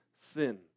sin